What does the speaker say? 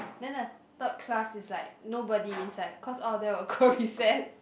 then the third class is like nobody inside cause all of them will go recess